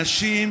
אנשים